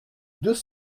deux